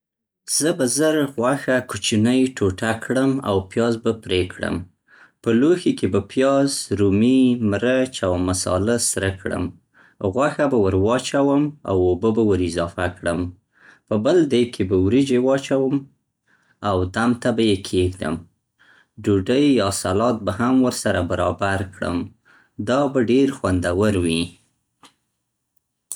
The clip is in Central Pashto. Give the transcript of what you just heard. زه به زر غوښه کوچنۍ ټوټې کړم او پیاز به پرې کړم. په لوښي کې به پیاز، رومي، مرچ او مصاله سره کړم. غوښه به ور واچوم او اوبه به ور اضافه کړم. په بل دیګ کې به وریجې واچوم او دم ته به یې کېږدم. ډوډۍ یا سلاد به هم ورسره برابر کړم، دا به ډېر خوندور وي.